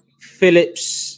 Phillips